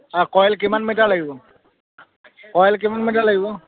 অঁ কইল কিমান মিটা লাগিব কইল কিমান মিটাৰ লাগিব